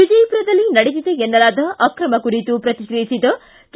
ವಿಜಯಪುರದಲ್ಲಿ ನಡೆದಿದೆ ಎನ್ನಲಾದ ಅಕ್ರಮ ಕುರಿತು ಪ್ರತಿಕ್ರಿಯಿಸಿದ ಕೆ